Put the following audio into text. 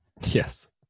Yes